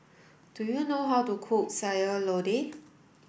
do you know how to cook Sayur Lodeh